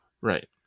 Right